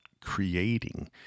creating